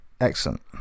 Excellent